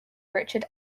richard